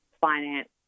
finance